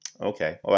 Okay